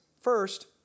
First